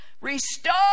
Restore